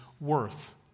worth